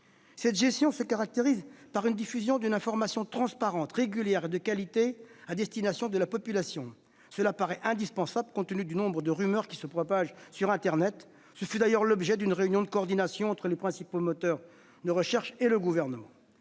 Cette gestion se caractérise par la diffusion d'une information transparente, régulière et de qualité à destination de la population. Ce qui paraît indispensable, compte tenu du nombre de rumeurs qui se propagent sur internet. D'ailleurs, le Gouvernement a tenu avec les principaux moteurs de recherche une réunion